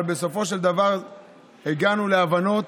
אבל בסופו של דבר הגענו להבנות.